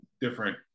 different